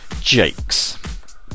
Jakes